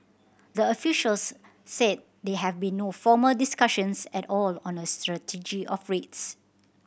the officials said there have been no formal discussions at all on a strategy of rates